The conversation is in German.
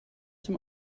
zum